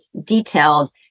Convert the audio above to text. detailed